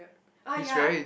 ah ya